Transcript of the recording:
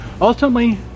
Ultimately